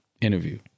interview